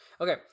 Okay